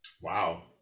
wow